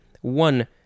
One